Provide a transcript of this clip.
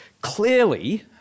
clearly